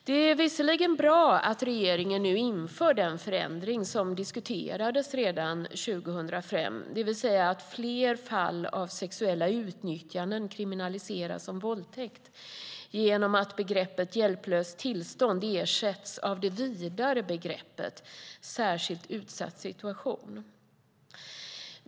Det är visserligen bra att regeringen nu inför den förändring som diskuterades redan 2005, det vill säga att fler fall av sexuella utnyttjanden kriminaliseras som våldtäkt genom att begreppet "hjälplöst tillstånd" ersätts av det vidare begreppet "särskilt utsatt situation".